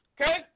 Okay